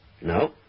No